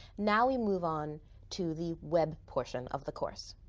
now we move on to the web portion of the course.